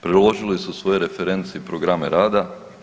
Priložili svu svoje reference i programe rada.